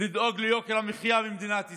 לדאוג ליוקר המחיה במדינת ישראל.